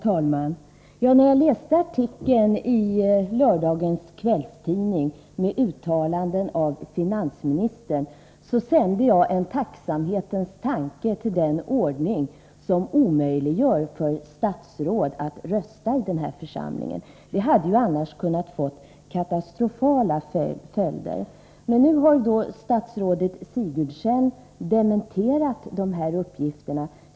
Herr talman! När jag läste artikeln i lördagens kvällstidning med uttalanden av finansministern, sände jag en tacksamhetens tanke till den ordning som omöjliggör för statsråd att rösta i den här församlingen. Det hade annars kunnat få katastrofala följder. Men nu har statsrådet Sigurdsen dementerat dessa uppgifter.